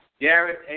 Garrett